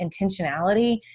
intentionality